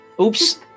Oops